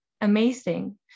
Amazing